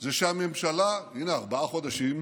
זה שהממשלה, הינה, ארבעה חודשים,